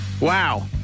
wow